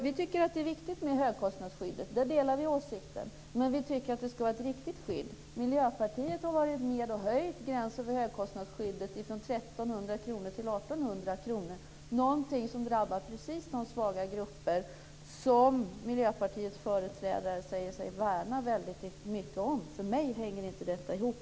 Vi tycker att högkostnadsskyddet är viktigt. Den åsikten delar vi. Men vi tycker att det ska vara ett riktigt skydd. Miljöpartiet har varit med och höjt gränsen för högkostnadsskyddet från 1 300 kr till 1 800 kr - någonting som drabbar precis de svaga grupper som Miljöpartiets företrädare säger sig värna väldigt mycket om. För mig hänger inte detta ihop.